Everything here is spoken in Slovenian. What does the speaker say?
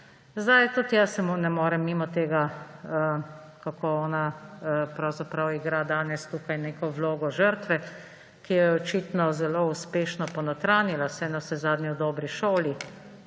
Tudi jaz ne morem mimo tega, kako ona pravzaprav igra danes tukaj neko vlogo žrtve, ki jo je očitno zelo uspešno ponotranjila. Saj je navsezadnje v dobri šoli.